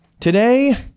Today